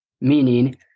Meaning